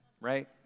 right